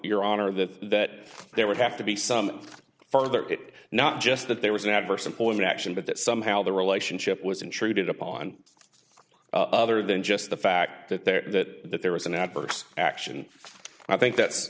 your honor that there would have to be some further it not just that there was an adverse employment action but that somehow the relationship was intruded upon other than just the fact that there that there was an adverse action i think that